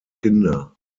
kinder